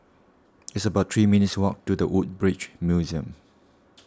it's about three minutes' walk to the Woodbridge Museum